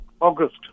August